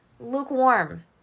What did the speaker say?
lukewarm